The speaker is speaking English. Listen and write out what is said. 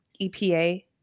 EPA